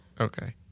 Okay